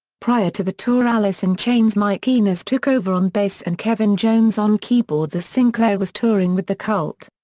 prior to the tour alice in chains' mike inez took over on bass and kevin jones on keyboards as sinclair was touring with the cult.